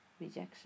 rejection